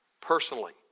personally